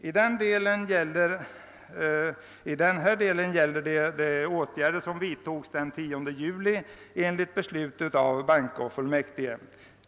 I den delen gäller det de åtgärder som vidtogs den 10 juli enligt beslut av bankofullmäktige.